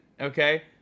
Okay